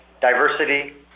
diversity